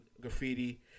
graffiti